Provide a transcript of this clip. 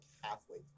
halfway